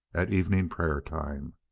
at evening-prayer time